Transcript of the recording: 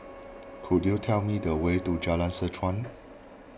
could you tell me the way to Jalan Seh Chuan